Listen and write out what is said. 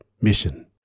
mission